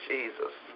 Jesus